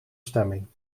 stemming